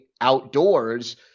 outdoors